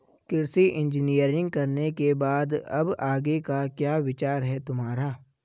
कृषि इंजीनियरिंग करने के बाद अब आगे का क्या विचार है तुम्हारा?